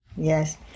Yes